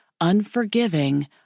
unforgiving